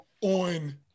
On